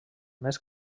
més